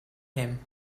him